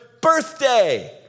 birthday